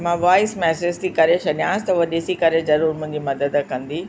त मां voice message थी करे छॾियांसि उहो ॾिसी करे ज़रूर मुंहिंजी मदद कंदी